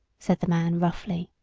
said the man roughly.